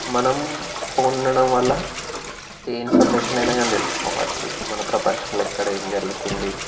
మనం ఫోన్ ఉండడం వల్ల ఏ ఇన్ఫర్మేషన్ అయినా కానీ తెలుసుకోవచ్చు మన ప్రపంచంలో ఎక్కడ ఏం జరుగుతుంది